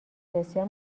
بسیار